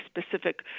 specific